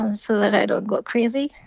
um so that i don't go crazy